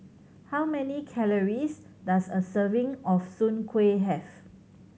how many calories does a serving of Soon Kueh have